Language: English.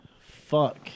fuck